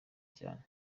cyane